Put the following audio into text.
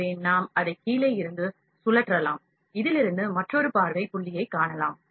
எனவே நாம் அதை கீழே இருந்து சுழற்றலாம் இதிலிருந்து மற்றொரு பார்வை புள்ளியைக் காணலாம்